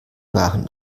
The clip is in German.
waren